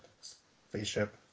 spaceship